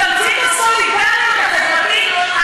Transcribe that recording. תמצית הסולידריות החברתית,